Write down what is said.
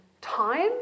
time